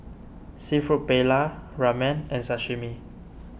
Seafood Paella Ramen and Sashimi